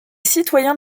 citoyens